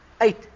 eight